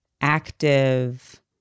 active